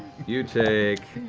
you take